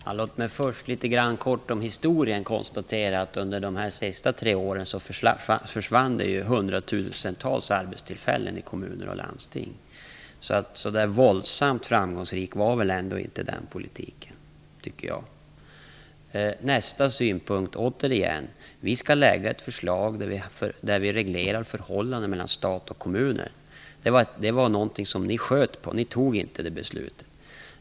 Fru talman! Låt mig först litet kort historiskt konstatera att det under de senaste tre åren försvann hundratusentals arbetstillfällen i kommuner och landsting. Så våldsamt framgångsrik var ändå inte den politiken, tycker jag. Nästa synpunkt, återigen. Vi skall lägga fram ett förslag där vi reglerar förhållandet mellan stat och kommuner. Det var någonting som ni sköt på. Ni fattade inte det beslutet.